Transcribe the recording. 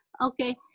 Okay